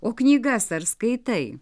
o knygas ar skaitai